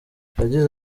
yagize